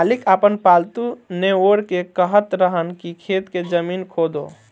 मालिक आपन पालतु नेओर के कहत रहन की खेत के जमीन खोदो